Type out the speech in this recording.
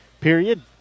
period